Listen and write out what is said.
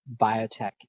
biotech